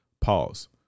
Pause